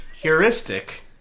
Heuristic